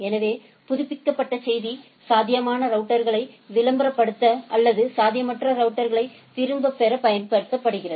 எனவே புதுப்பிக்கபட்ட செய்தி சாத்தியமான ரவுட்டர்களை விளம்பரப்படுத்த அல்லது சாத்தியமற்ற ரவுட்டர்களை திரும்பப் பெற பயன்படுகிறது